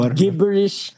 gibberish